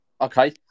Okay